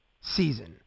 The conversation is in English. season